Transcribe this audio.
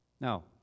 Now